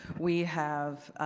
we have